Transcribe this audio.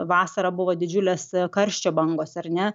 vasarą buvo didžiulės karščio bangos ar ne